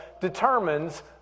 determines